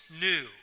new